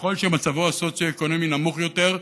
ככל שמצבו הסוציו-אקונומי נמוך יותר,